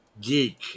Geek